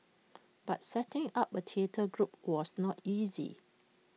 but setting up A theatre group was not easy